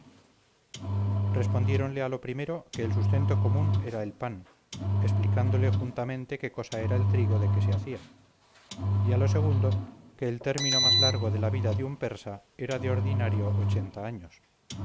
respondiéronle a lo primero que el sustento común era el pan explicándole juntamente qué cosa era el trigo de que se hacía y a lo segundo que el término más largo de la vida de un persa era de ordinario años